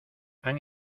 han